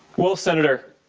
well, senator,